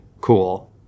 cool